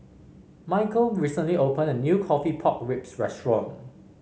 Michial recently opened a new coffee Pork Ribs restaurant